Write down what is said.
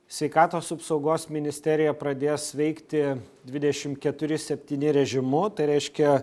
sveikatos apsaugos ministerija pradės veikti dvidešimt keturi septyni režimu tai reiškia